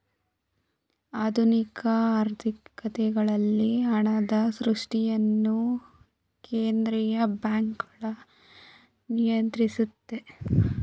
ಆಧುನಿಕ ಆರ್ಥಿಕತೆಗಳಲ್ಲಿ ಹಣದ ಸೃಷ್ಟಿಯನ್ನು ಕೇಂದ್ರೀಯ ಬ್ಯಾಂಕ್ಗಳು ನಿಯಂತ್ರಿಸುತ್ತೆ